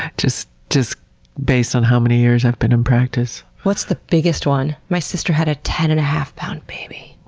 just just based on how many years i've been in practice. what's the biggest one? my sister had a ten and a half pound baby.